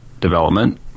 development